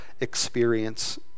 experience